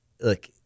look